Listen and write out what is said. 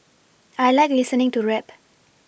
I like listening to rap